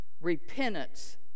Repentance